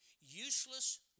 Useless